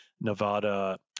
Nevada